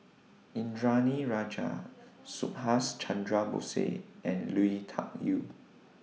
Indranee Rajah Subhas Chandra Bose Said and Lui Tuck Yew